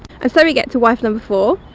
ah so we get to wife number four.